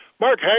Mark